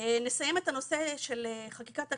נסיים את הנושא של חקיקת אקלים.